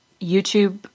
YouTube